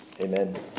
Amen